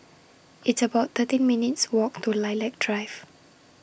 It's about thirteen minutes' Walk to Lilac Drive